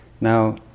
Now